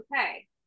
okay